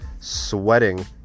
sweating